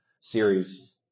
series